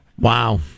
Wow